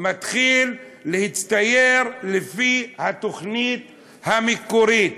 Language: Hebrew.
מתחיל להצטייר לפי התוכנת המקורית.